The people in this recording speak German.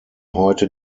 heute